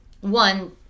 one